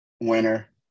winner